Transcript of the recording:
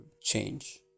change